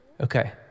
Okay